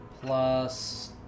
plus